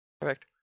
Perfect